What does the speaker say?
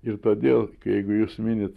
ir todėl kai jeigu jūs minit